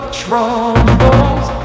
troubles